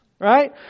right